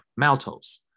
maltose